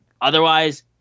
Otherwise